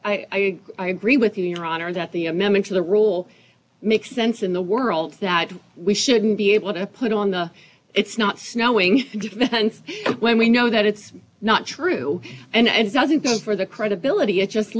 i i agree with you your honor that the amendment to the rule makes sense in the world that we shouldn't be able to put on the it's not snowing defense when we know that it's not true and it doesn't just for the credibility it's just